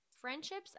Friendships